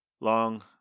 Long